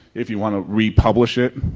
if you want to re-publish it.